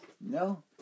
No